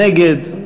נגד,